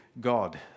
God